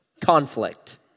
conflict